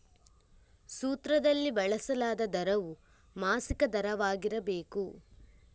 ಸೂತ್ರದಲ್ಲಿ ಬಳಸಲಾದ ದರವು ಮಾಸಿಕ ದರವಾಗಿರಬೇಕು